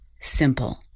simple